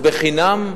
בחינם,